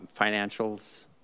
financials